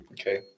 Okay